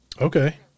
Okay